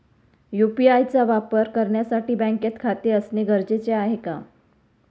UPI चा वापर करण्यासाठी बँकेत खाते असणे गरजेचे आहे का?